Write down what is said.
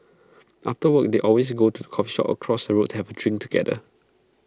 after work they always go to the coffee shop across the road to have A drink together